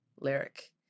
lyric